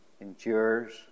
endures